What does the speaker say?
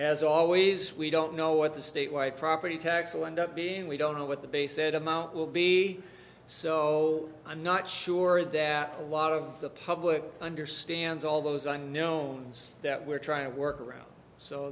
as always we don't know what the statewide property tax lined up being we don't know what the base and amount will be so i'm not sure that a lot of the public understands all those i know that we're trying to work around so